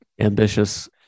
ambitious